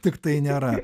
tiktai nėra